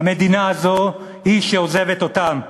המדינה הזו היא שעוזבת אותם.